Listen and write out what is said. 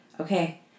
okay